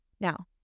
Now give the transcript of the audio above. Now